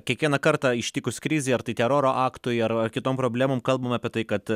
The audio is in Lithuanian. kiekvieną kartą ištikus krizei ar tai teroro aktui ar kitom problemom kalbam apie tai kad